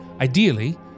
Ideally